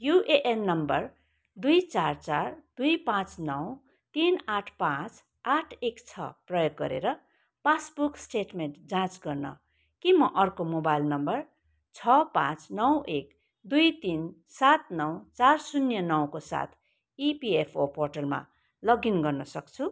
UAN number दुई चार चार दुई पाँच नौ तिन आठ पाँच आठ एक छ प्रयोग गरेर पासबुक स्टेटमेन्ट जाँच गर्न के म अर्को मोबाइल नम्बर छ पाँच नौ एक दुई तिन सात नौ चार शून्य नौ को साथ इपिएफओ पोर्टलमा लगइन गर्न सक्छु